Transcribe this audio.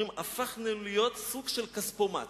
אומרים: הפכנו להיות סוג של כספומט.